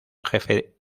jefe